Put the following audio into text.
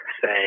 say